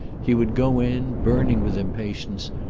he would go in, burning with impatience,